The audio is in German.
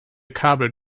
kabel